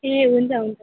ए हुन्छ हुन्छ